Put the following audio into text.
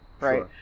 Right